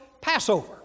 Passover